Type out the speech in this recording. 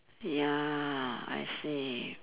ya I see